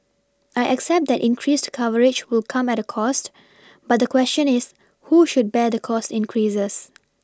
I accept that increased coverage will come at a cost but the question is who should bear the cost increases